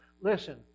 Listen